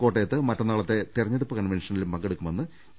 കോട്ടയത്ത് മറ്റന്നാളത്തെ തെരഞ്ഞെടുപ്പ് കൺവെൻഷനിലും പങ്കെടുക്കുമെന്ന് പി